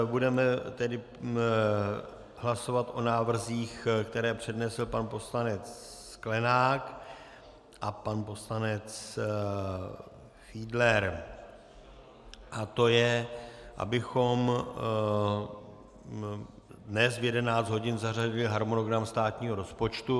Budeme tedy hlasovat o návrzích, které přednesl pan poslanec Sklenák a pan poslanec Fiedler, a to je, abychom dnes v 11 hodin zařadili harmonogram státního rozpočtu.